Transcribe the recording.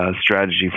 strategy